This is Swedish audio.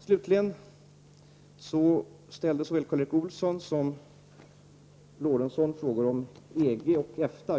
Slutligen till de frågor som Karl Erik Olsson och Sven Eric Lorentzon ställde om EG och EFTA.